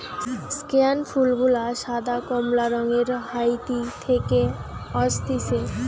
স্কেয়ান ফুল গুলা সাদা, কমলা রঙের হাইতি থেকে অসতিছে